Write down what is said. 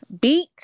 beat